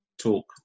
talk